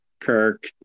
Kirk